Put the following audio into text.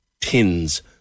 tins